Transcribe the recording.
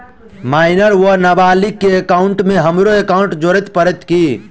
Minor वा नबालिग केँ एकाउंटमे हमरो एकाउन्ट जोड़य पड़त की?